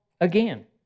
again